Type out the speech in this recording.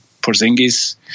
Porzingis